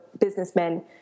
businessmen